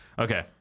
Okay